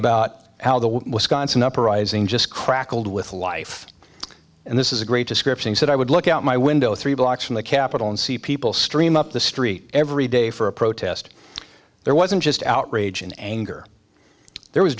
about how the wisconsin uprising just crackled with life and this is a great description he said i would look out my window three blocks from the capitol and see people stream up the street every day for a protest there wasn't just outrage and anger there was